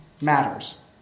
matters